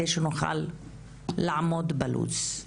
מנת שבאמת נוכל לעמוד בלוח הזמנים שלנו.